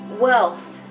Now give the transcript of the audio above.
wealth